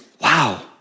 wow